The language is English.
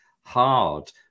hard